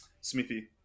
Smithy